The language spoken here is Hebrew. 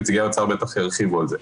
נציגי האוצר בוודאי ירחיבו על זה.